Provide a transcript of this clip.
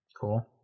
Cool